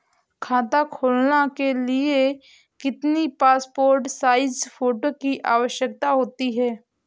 खाता खोलना के लिए कितनी पासपोर्ट साइज फोटो की आवश्यकता होती है?